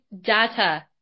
data